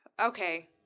Okay